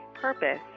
purpose